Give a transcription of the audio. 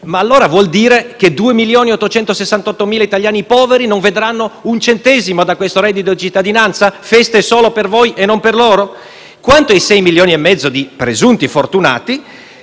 Ma allora vuol dire che 2.868.000 italiani poveri non vedranno un centesimo da questo reddito di cittadinanza? Feste solo per voi e non per loro? Quanto ai 6,5 milioni di presunti fortunati,